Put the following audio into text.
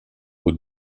aux